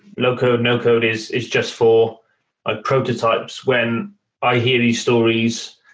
low-code, no-code is is just for ah prototypes. when i hear these stories,